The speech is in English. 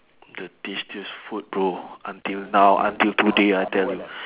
the tastiest food bro until now until today I tell you